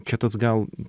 čia tas gal